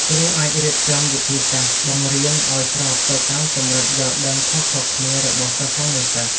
គ្រូអាចរៀបចំវិធីសាស្ត្របង្រៀនឱ្យស្របទៅតាមកម្រិតយល់ដឹងខុសៗគ្នារបស់សិស្សានុសិស្ស។